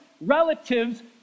relatives